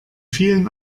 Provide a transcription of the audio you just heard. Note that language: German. vielen